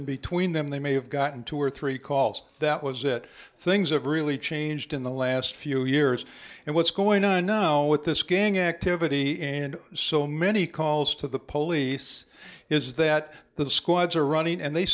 and between them they may have gotten two or three calls that was it things have really changed in the last few years and what's going on now with this gang activity and so many calls to the police is that the squads are running and they